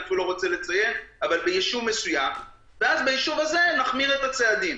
אני לא רוצה לציין ואז ביישוב הזה נחמיר את הצעדים.